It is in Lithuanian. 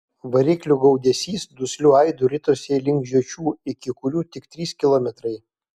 variklių gaudesys dusliu aidu ritosi link žiočių iki kurių tik trys kilometrai